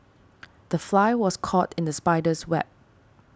the fly was caught in the spider's web